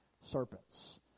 serpents